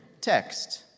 text